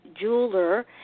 jeweler